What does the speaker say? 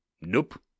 Nope